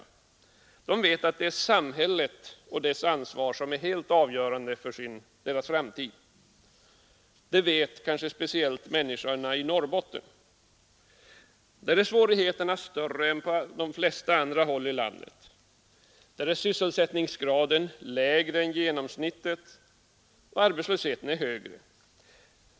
De vet att det är samhället och dess ansvar som är helt avgörande för deras framtid. Detta vet kanske speciellt människorna i Norrbotten. Där är svårigheterna större än på de flesta andra håll i landet. Där är sysselsättningsgraden lägre än genomsnittet och arbetslösheten är högre.